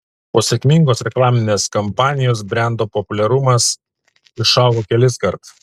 po sėkmingos reklaminės kampanijos brendo populiarumas išaugo keliskart